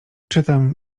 czytam